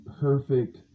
perfect